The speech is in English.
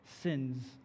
sins